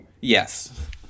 Yes